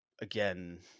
again